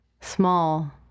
small